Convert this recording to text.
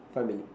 five minutes